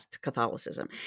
Catholicism